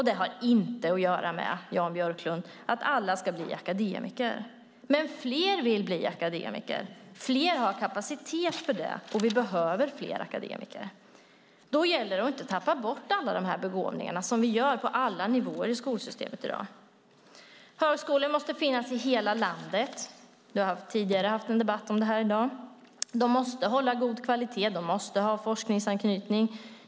Det betyder inte att alla ska bli akademiker, Jan Björklund. Men fler vill bli akademiker. Fler har kapacitet för det, och vi behöver fler akademiker. Då gäller det att inte tappa bort alla de här begåvningarna, som vi gör på alla nivåer i skolsystemet i dag. Högskolor måste finnas i hela landet. Vi har haft en debatt om det tidigare i dag. De måste hålla god kvalitet. De måste ha forskningsanknytning.